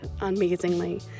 amazingly